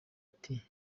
ati